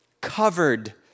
covered